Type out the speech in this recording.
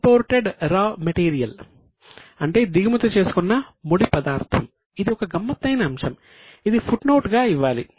imported raw material గా ఇవ్వాలి